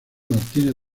martínez